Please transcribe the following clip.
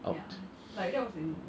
out